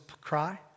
cry